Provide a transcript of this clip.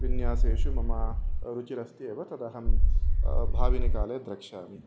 विन्यासेषु मम रुचिरस्ति एव तदहं भाविनीकाले द्रक्ष्यामि